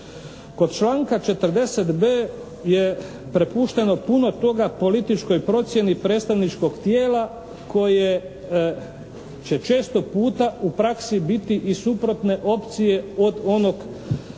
Kod članka 40.b je prepušteno puno toga političkoj procjeni predstavničkog tijela koje će često puta u praksi biti i suprotne opcije od onog,